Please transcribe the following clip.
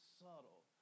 subtle